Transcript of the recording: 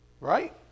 Right